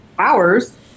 Hours